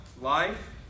life